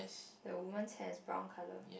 the women's hair is brown colour